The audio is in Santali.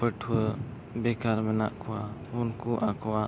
ᱯᱟᱹᱴᱷᱣᱟᱹ ᱵᱮᱠᱟᱨ ᱢᱮᱱᱟᱜ ᱠᱚᱣᱟ ᱩᱱᱠᱩ ᱟᱠᱚᱣᱟᱜ